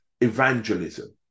evangelism